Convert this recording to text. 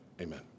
amen